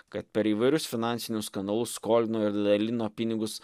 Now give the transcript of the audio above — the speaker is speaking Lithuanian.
kad per įvairius finansinius kanalus skolino ir dalino pinigus